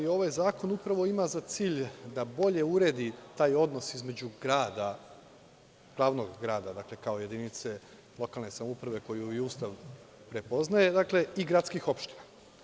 Ovaj zakon upravo ima za cilj da bolje uredi taj odnos između grada, glavnog grada kao jedinice lokalne samouprave koju i Ustav prepoznaje i gradskih opština.